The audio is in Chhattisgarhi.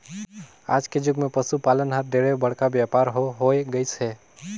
आज के जुग मे पसु पालन हर ढेरे बड़का बेपार हो होय गईस हे